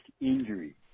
injury